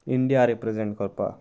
India represent करपा